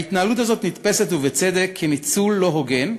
ההתנהלות הזאת נתפסת, ובצדק, כניצול לא הוגן.